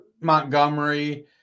Montgomery –